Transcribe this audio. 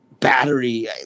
Battery